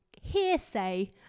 hearsay